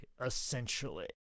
essentially